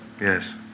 Yes